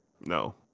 no